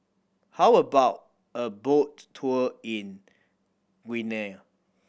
how about a boat tour in Guinea